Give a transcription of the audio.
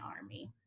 army